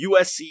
USC